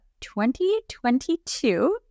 2022